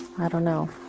i don't know.